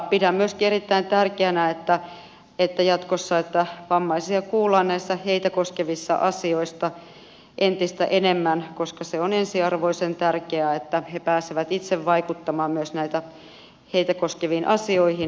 pidän myöskin erittäin tärkeänä jatkossa että vammaisia kuullaan näissä heitä koskevissa asioissa entistä enemmän koska se on ensiarvoisen tärkeää että he pääsevät itse vaikuttamaan myös näihin heitä koskeviin asioihin